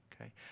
okay